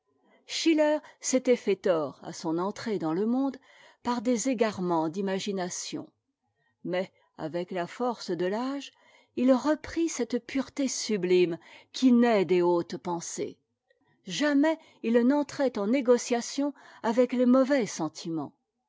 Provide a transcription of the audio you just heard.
schiller s'était fait tort à son entrée dans le monde par des égarenients d'imagination mais avec la force de l'âge il reprit cette pureté sublime qui naît des hautes pensées jamais il n'entrait en négociation avec les mauvais sentiments